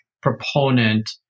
proponent